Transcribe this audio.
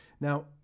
now